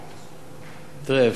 תראה,